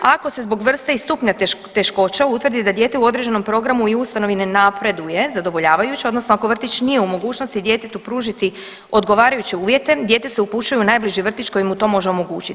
Ako se zbog vrste i stupnja teškoće utvrdi da dijete u određenom programu i ustanovi ne napreduje zadovoljavajuće, odnosno ako vrtić nije u mogućnosti djetetu pružiti odgovarajuće uvjete, dijete se upućuje u najbliži vrtić koji mu to može omogućiti.